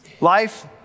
Life